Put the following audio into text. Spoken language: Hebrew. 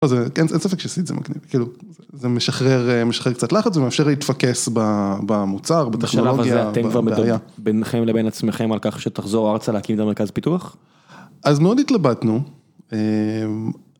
-אין ספק שעשיתי את זה, כאילו, זה משחרר קצת לחץ ומאפשר להתפקס במוצר, בטכנולוגיה. -בשלב הזה אתם כבר מדברים ביניכם לבין עצמכם על כך שתחזור ארצה להקים את המרכז הפיתוח? -אז מאוד התלבטנו.